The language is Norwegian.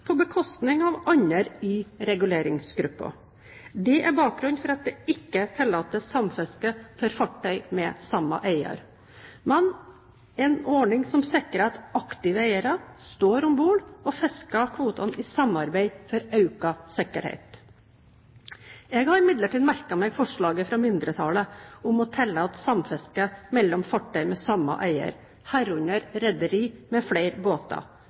på bekostning av andre i reguleringsgruppen. Dette er bakgrunnen for at det ikke tillates samfiske for fartøy med samme eier, men en ordning som sikrer at aktive eiere står om bord og fisker kvotene i samarbeid for økt sikkerhet. Jeg har imidlertid merket meg forslaget fra mindretallet om å tillate samfiske mellom fartøy med samme eier, herunder rederier med flere båter,